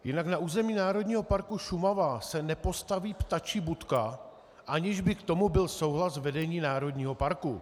Jinak na území Národního parku Šumava se nepostaví ptačí budka, aniž by k tomu byl souhlas vedení národního parku.